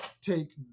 take